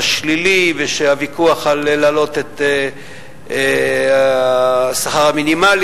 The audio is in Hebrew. שלילי והוויכוח אם להעלות את שכר המינימום.